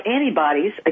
antibodies